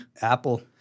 Apple